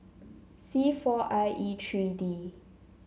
C four I E three D